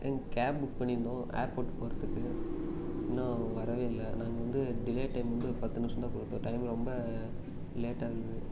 ஏங்க cab book பண்ணி இருந்தோம் ஏர்போர்ட் போகறதுக்கு இன்னும் வரவே இல்லை நாங்கள் வந்து டிலே டைம் வந்து பத்து நிமிஷம்தான் கொடுத்தோம் டைம் ரொம்ப லேட் ஆகுது